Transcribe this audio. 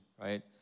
right